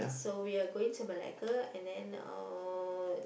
so we are going to Malacca and then uh